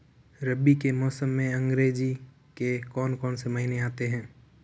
रबी के मौसम में अंग्रेज़ी के कौन कौनसे महीने आते हैं?